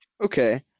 Okay